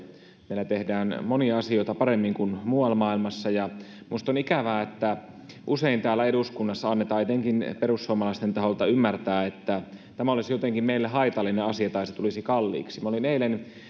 meillä tehdään monia asioita paremmin kuin muualla maailmassa minusta on ikävää että usein täällä eduskunnassa annetaan etenkin perussuomalaisten taholta ymmärtää että tämä olisi meille jotenkin haitallinen asia tai se tulisi kalliiksi minä olin eilen